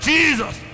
Jesus